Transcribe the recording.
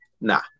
Nah